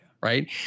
Right